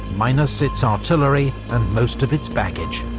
minus its artillery, and most of its baggage.